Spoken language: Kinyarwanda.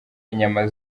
inyama